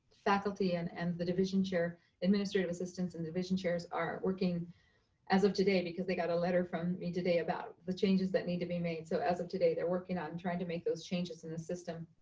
faculty and and the division chair administrative assistants and division chairs are working as of today because they got a letter from me today about the changes that need to be made. so as of today, they're working on trying to make those changes in the system.